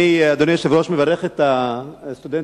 אדוני היושב-ראש, אני מברך את הסטודנטים